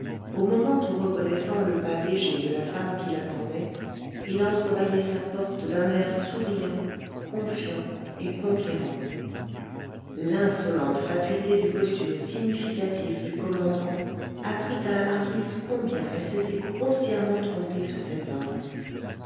au moment où reconnaissant le pas léger de la femme qu'il attendait il entrebâillait sa porte d'un air souriant confiant et conquérant l'insolente fatuité du costume significatif du commandant apprit à la marquise combien elle s'était grossièrement trompée sur cet homme